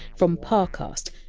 from parcast,